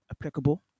applicable